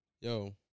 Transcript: Yo